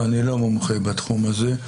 ואני לא מומחה בתחום הזה,